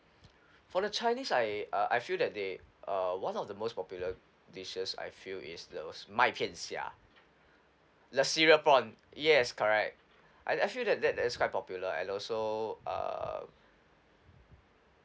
for the chinese I uh I feel that they uh one of the most popular dishes I feel is that was 麦片虾 the cereal prawn yes correct I I feel that that that's quite popular and also um